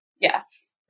Yes